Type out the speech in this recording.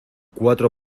cuatro